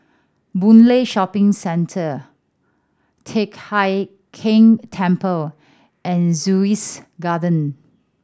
Boon Lay Shopping Centre Teck Hai Keng Temple and Sussex Garden